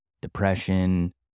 depression